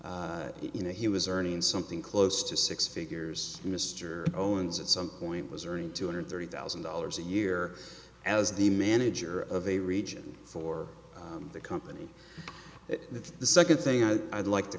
him you know he was earning something close to six figures mr owens at some point was earning two hundred thirty thousand dollars a year as the manager of a region for the company that the second thing i would like to